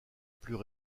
plus